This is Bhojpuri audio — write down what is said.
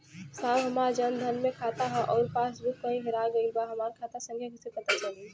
साहब हमार जन धन मे खाता ह अउर पास बुक कहीं हेरा गईल बा हमार खाता संख्या कईसे पता चली?